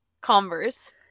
converse